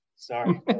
Sorry